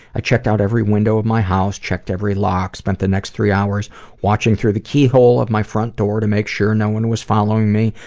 i checked out every window of my house, checked every lock, spent the next three hours watching through the keyhole of my front door to make sure no one was following me,